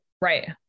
Right